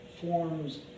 Forms